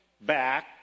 back